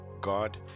god